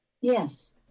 Yes